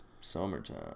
Summertime